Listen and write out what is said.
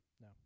No